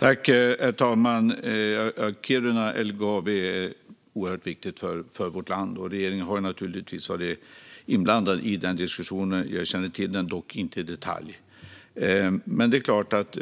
Herr talman! Kiruna och LKAB är oerhört viktiga för vårt land, och regeringen har naturligtvis varit inblandad i den diskussionen. Jag känner till den, dock inte i detalj. Det är klart att